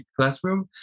classroom